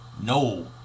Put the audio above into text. No